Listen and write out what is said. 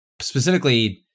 specifically